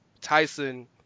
Tyson